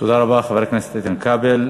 תודה רבה, חבר הכנסת איתן כבל.